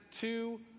two